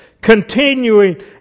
continuing